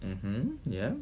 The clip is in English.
mmhmm ya